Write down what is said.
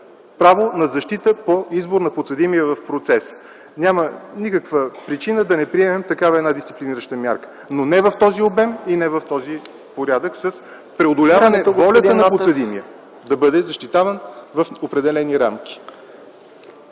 право на защита по избор на подсъдимия в процеса. Няма никаква причина да не приемем такава дисциплинираща мярка, но не в този обем и не в този порядък – с преодоляване волята на подсъдимия да бъде защитаван в определени рамки.